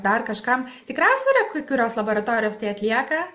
dar kažkam tikriausiai yra kai kurios laboratorijos tai atlieka